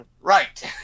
Right